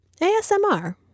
ASMR